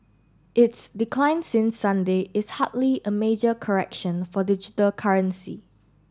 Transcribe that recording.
its decline since Sunday is hardly a major correction for digital currency